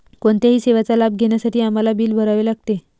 कोणत्याही सेवेचा लाभ घेण्यासाठी आम्हाला बिल भरावे लागते